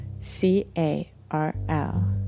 C-A-R-L